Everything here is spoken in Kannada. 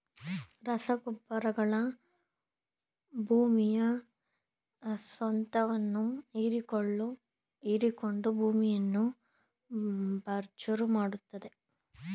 ರಸಗೊಬ್ಬರಗಳು ಭೂಮಿಯ ಸತ್ವವನ್ನು ಹೀರಿಕೊಂಡು ಭೂಮಿಯನ್ನು ಬಂಜರು ಮಾಡತ್ತದೆ